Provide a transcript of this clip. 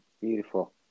Beautiful